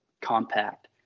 compact